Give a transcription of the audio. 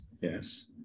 yes